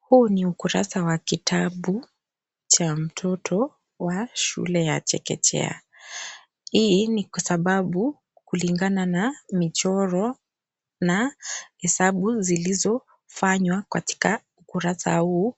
Huu ni ukurasa wa kitabu cha mtoto wa shule ya chekechea. Hii ni kwa sababu kulingana na michoro na hesabu zilizofanywa katika kurasa huu,